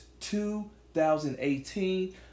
2018